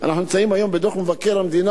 אנחנו נמצאים היום בדוח מבקר המדינה.